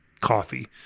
coffee